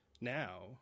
now